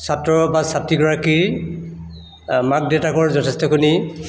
ছাত্ৰ বা ছাত্ৰীগৰাকীৰ মাক দেউতাকৰ যথেষ্টখিনি